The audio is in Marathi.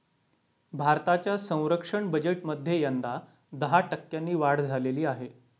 भारताच्या संरक्षण बजेटमध्ये यंदा दहा टक्क्यांनी वाढ झालेली आहे